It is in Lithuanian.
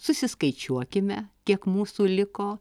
susiskaičiuokime kiek mūsų liko